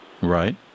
Right